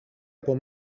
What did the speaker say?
από